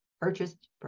purchased